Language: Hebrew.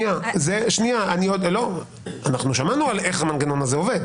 שמענו איך המנגנון הזה עובד,